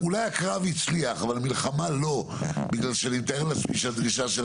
לא בגלל שאני בורח מתשובות